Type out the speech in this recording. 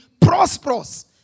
prosperous